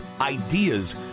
ideas